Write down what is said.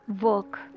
work